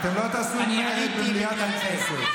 תגיד, מה קורה כאן?